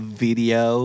video